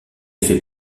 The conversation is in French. fait